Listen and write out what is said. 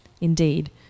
Indeed